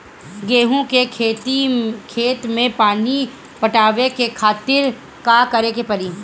गेहूँ के खेत मे पानी पटावे के खातीर का करे के परी?